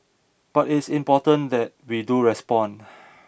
but it's important that we do respond